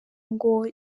ngo